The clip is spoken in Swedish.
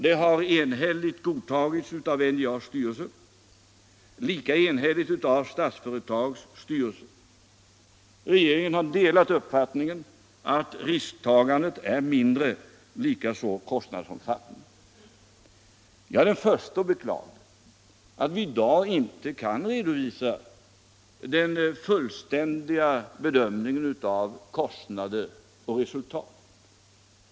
Det har enhälligt godtagits av NJA:s styrelse och lika enhälligt av Statsföretags styrelse. Regeringen har delat uppfattningen att risktagandet är mindre, likaså kostnadsomfattningen. Jag är den förste att beklaga att vi i dag inte kan redovisa den fullständiga bedömningen av kostnader och resultat.